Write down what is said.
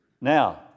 Now